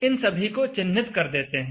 इन सभी को चिह्नित कर देते हैं